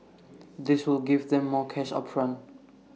this will give them more cash up front